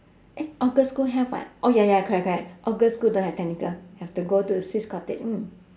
eh all girls' school have [what] oh ya ya correct correct all girls' school don't have technical have to go to swiss cottage mm